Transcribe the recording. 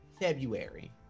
February